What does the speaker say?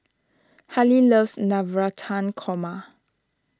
Hali loves Navratan Korma